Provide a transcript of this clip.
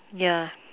yeah